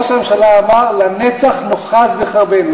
ראש הממשלה אמר: "לנצח נאחז בחרבנו".